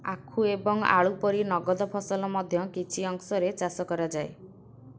ଆଖୁ ଏବଂ ଆଳୁ ପରି ନଗଦ ଫସଲ ମଧ୍ୟ କିଛି ଅଂଶରେ ଚାଷ କରାଯାଏ